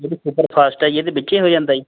breakfast ਹੈ ਜੀ ਇਹਦੇ ਵਿੱਚੇ ਹੋ ਜਾਂਦਾ ਜੀ